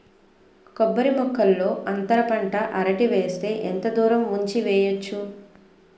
కొబ్బరి మొక్కల్లో అంతర పంట అరటి వేస్తే ఎంత దూరం ఉంచి వెయ్యొచ్చు?